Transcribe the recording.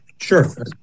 Sure